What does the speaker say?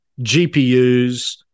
GPUs